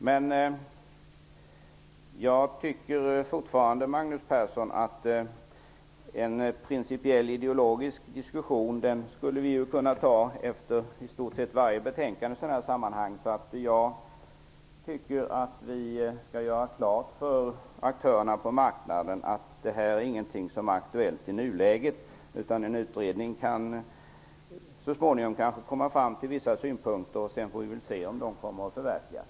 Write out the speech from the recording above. Men jag vidhåller att vi skulle kunna ta en principiell ideologisk diskussion i samband med i stort sett varje betänkande i sådana här sammanhang, Magnus Persson. Jag tycker därför att vi skall göra klart för aktörerna på marknaden att det här inte är aktuellt i nuläget. En utredning kan kanske så småningom framföra vissa synpunkter, och sedan får vi väl se om de förverkligas.